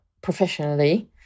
professionally